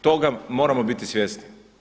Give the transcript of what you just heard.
Toga moramo biti svjesni.